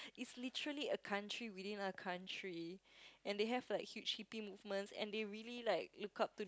it's literally a country within a country and they have like huge hippy movements and they really like look up to